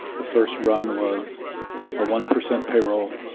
the first run was a one percent payroll